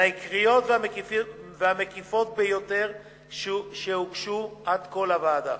העיקריות והמקיפות ביותר שהוגשו עד כה לוועדה.